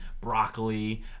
broccoli